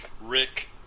Rick